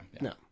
No